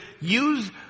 use